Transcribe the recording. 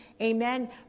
Amen